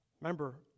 Remember